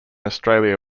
australia